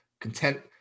Content